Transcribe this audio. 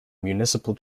municipal